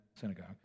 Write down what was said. synagogue